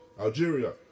Algeria